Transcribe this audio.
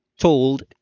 told